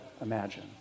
imagine